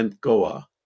goa